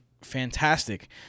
fantastic